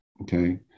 Okay